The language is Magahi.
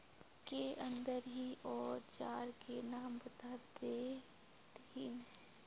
के अंदर ही औजार के नाम बता देतहिन?